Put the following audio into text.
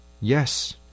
Yes